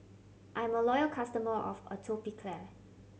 I'm a loyal customer of Atopiclair